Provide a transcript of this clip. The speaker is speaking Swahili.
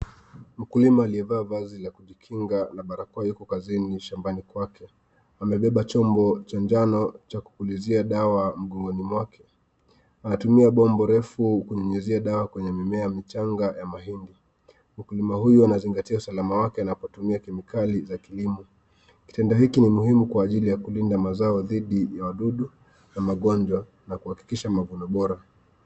Mkulima aliyevaa vazi la kujikinga na barakoa ako kazini shambani kwake, amebeba chombo cha njano cha kupulizia dawa mgongoni, anatumia bomba refu kunyunyizia dawa kwenye mimea michanga ya mahindi. Mkulima huyu anazingatia usalama wake anapotumia kemikali za kilimo, kitendo hiki ni muhimu kwa ajili ya kulinda mazao dhidi ya wadudu na magonjwa na kuhakikisha mavuno bora.